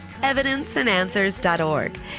evidenceandanswers.org